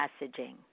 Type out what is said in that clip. messaging